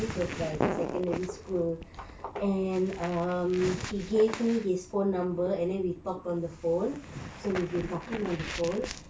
this was like secondary school and um he gave me his phone numbers and then we talk on the phone so we've been talking on the phone